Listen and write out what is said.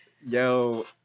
Yo